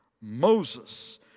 Moses